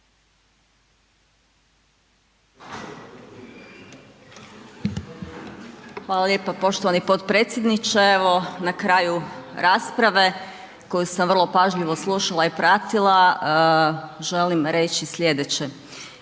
Hvala lijepa poštovani potpredsjedniče. Evo na kraju rasprave koju sam vrlo pažljivo slušala i pratila želim reći slijedeće.